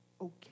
okay